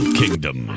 kingdom